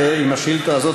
עם השאילתה הזאת,